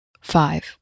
five